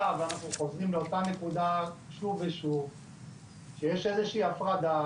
ואנחנו חוזרים לאותה נקודה שוב ושוב - שיש איזושהי הפרדה,